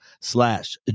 slash